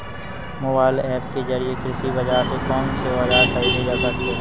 Mobile app के जरिए कृषि बाजार से कौन से औजार ख़रीदे जा सकते हैं?